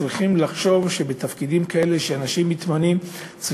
צריכים לחשוב שהאנשים שמתמנים לתפקידים כאלה